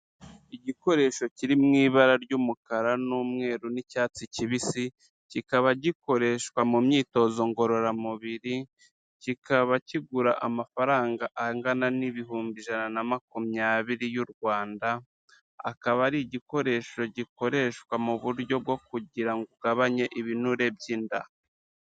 Igikoresho kiri mu ibara ry'umukara n'umweru n'icyatsi kibisi, kikaba gikoreshwa mu myitozo ngororamubiri, kikaba kigura amafaranga angana n'ibihumbi ijana na makumyabiri y'u Rwanda, akaba ari igikoresho gikoreshwa mu buryo bwo kugira ngo ugabanye ibinure by'inda.